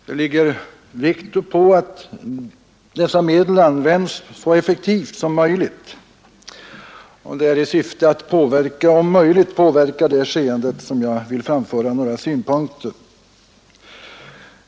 Det ligger vikt uppå att dessa medel används så effektivt som möjligt, och det är i syfte att om möjligt påverka det skeendet som jag vill framföra några synpunkter.